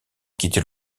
quitter